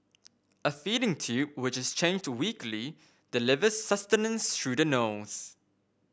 a feeding tube which is changed weekly delivers sustenance through the nose